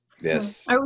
Yes